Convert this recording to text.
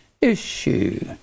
issue